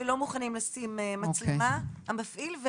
ולא מוכנים לשים מצלמה, המפעיל.